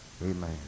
amen